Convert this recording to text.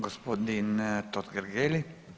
Gospodin Totgergeli.